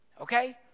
okay